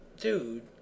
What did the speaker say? Dude